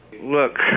Look